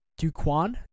Duquan